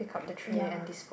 ya